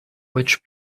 which